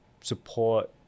support